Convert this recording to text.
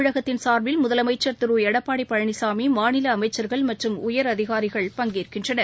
தமிழகத்தின் சார்பில் முதலமைச்சர் திருஎடப்பாடிபழனிசாமி மாநிலஅமைச்சர்கள் மற்றும் உயரதிகாரிகள் பங்கேற்கின்றனர்